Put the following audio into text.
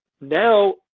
Now